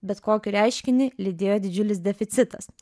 bet kokį reiškinį lydėjo didžiulis deficitas